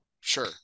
Sure